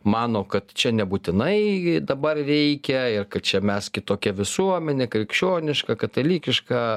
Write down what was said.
mano kad čia nebūtinai dabar reikia ir kad čia mes kitokia visuomenė krikščioniška katalikiška